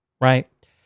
right